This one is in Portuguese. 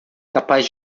capaz